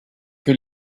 que